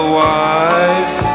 wife